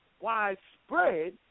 widespread